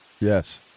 Yes